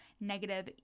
negative